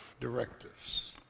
directives